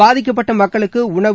பாதிக்கப்பட்ட மக்களுக்கு உணவு